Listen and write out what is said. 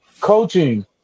coaching